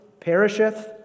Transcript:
perisheth